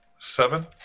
Seven